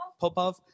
Popov